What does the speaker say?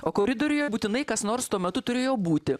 o koridoriuje būtinai kas nors tuo metu turėjo būti